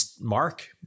Mark